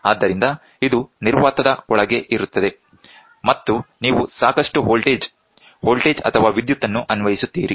ಆದ್ದರಿಂದ ಇದು ನಿರ್ವಾತದ ಒಳಗೆ ಇರುತ್ತದೆ ಮತ್ತು ನೀವು ಸಾಕಷ್ಟು ವೋಲ್ಟೇಜ್ ವೋಲ್ಟೇಜ್ ಅಥವಾ ವಿದ್ಯುತ್ ಅನ್ನು ಅನ್ವಯಿಸುತ್ತೀರಿ